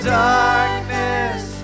darkness